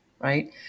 Right